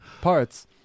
parts –